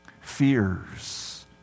fears